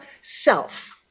self